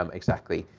um exactly.